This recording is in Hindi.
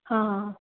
हाँ हाँ हाँ